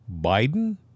Biden